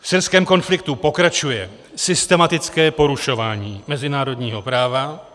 V syrském konfliktu pokračuje systematické porušování mezinárodního práva.